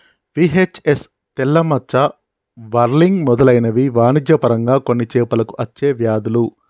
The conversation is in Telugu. వి.హెచ్.ఎస్, తెల్ల మచ్చ, వర్లింగ్ మెదలైనవి వాణిజ్య పరంగా కొన్ని చేపలకు అచ్చే వ్యాధులు